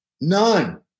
None